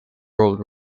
road